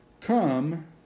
Come